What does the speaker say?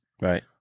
right